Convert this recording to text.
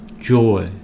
joy